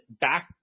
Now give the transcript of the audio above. back